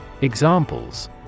Examples